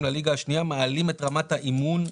לליגה השנייה מעלים את רמת האימון,